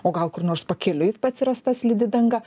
o gal kur nors pakeliui atsiras ta slidi danga